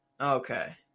Okay